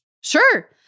Sure